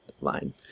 line